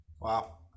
Wow